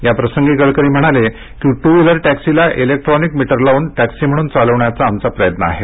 याप्रसंगी गडकरी म्हणाले की टू व्हिलर टॅक्सीला इलेक्ट्रॉनिक मीटर लावून टॅक्सी म्हणून चालविण्याचा आमचा प्रयत्न आहे